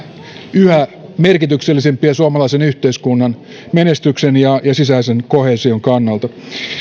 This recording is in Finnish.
yhä merkityksellisempiä suomalaisen yhteiskunnan menestyksen ja sisäisen koheesion kannalta